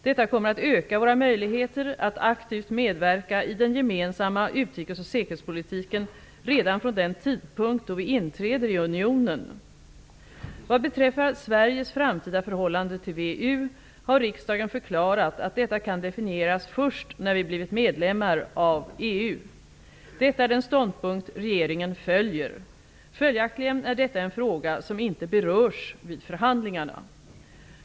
Detta kommer att öka våra möjligheter att aktivt medverka i den gemensamma utrikes och säkerhetspolitiken redan från den tidpunkt då vi inträder i unionen. Vad beträffar Sveriges framtida förhållande till VEU, har riksdagen förklarat att detta kan definieras först när vi blivit medlemmar av EU. Detta är den ståndpunkt regeringen följer. Följaktligen är detta en fråga som inte berörs vid förhandlingarna.